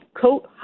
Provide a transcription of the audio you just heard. coat